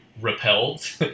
repelled